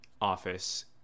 office